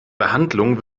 behandlung